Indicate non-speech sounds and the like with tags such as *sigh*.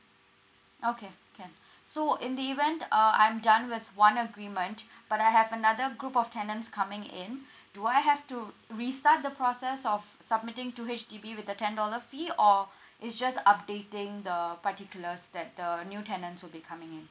okay can *breath* so in the event uh I'm done with one agreement *breath* but I have another group of tenants coming in *breath* do I have to restart the process of submitting to H_D_B with the ten dollar fee or *breath* it's just updating the particulars that the new tenants will be coming in